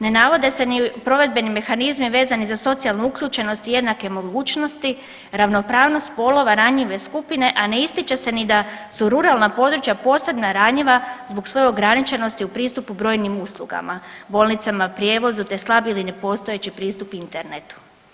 Ne navode se ni provedbeni mehanizmi vezani za socijalnu uključenost i jednake mogućnosti, ravnopravnost spolova, ranjive skupine, a ne ističe se ni da su ruralna područja posebno ranjiva zbog svoje ograničenosti u pristupu brojnim uslugama, bolnicama, prijevozu, te slabi ili nepostojeći pristup internetu.